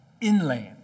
inland